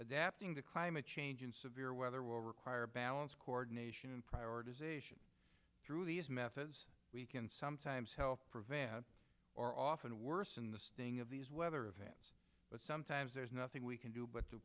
adapting to climate change in severe weather will require balance coordination and prioritization through these methods we can sometimes help prevent or often worsen the sting of these weather events but sometimes there's nothing we can do but to